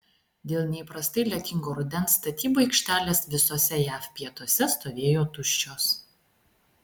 dėl neįprastai lietingo rudens statybų aikštelės visuose jav pietuose stovėjo tuščios